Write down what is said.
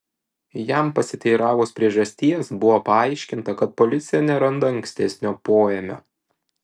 jam pasiteiravus priežasties buvo paaiškinta kad policija neranda ankstesnio poėmio